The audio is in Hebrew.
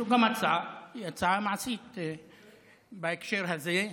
זו גם הצעה, הצעה מעשית בהקשר הזה.